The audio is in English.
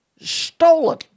stolen